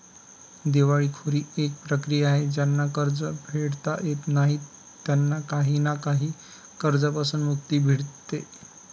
दिवाळखोरी एक प्रक्रिया आहे ज्यांना कर्ज फेडता येत नाही त्यांना काही ना काही कर्जांपासून मुक्ती मिडते